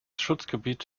schutzgebiet